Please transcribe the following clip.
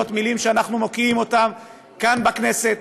מילים שאנחנו מוקיעים אותן כאן בכנסת,